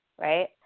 Right